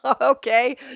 Okay